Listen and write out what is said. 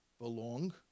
belong